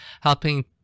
helping